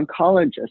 oncologist